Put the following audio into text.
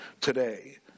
today